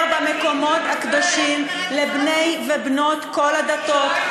במקומות הקדושים לבנות ולבני כל הדתות,